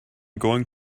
going